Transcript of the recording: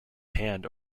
hand